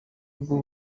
bw’u